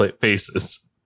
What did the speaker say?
faces